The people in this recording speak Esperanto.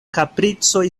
kapricoj